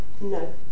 No